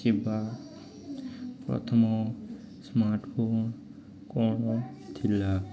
ଥିବା ପ୍ରଥମ ସ୍ମାର୍ଟଫୋନ୍ କ'ଣ ଥିଲା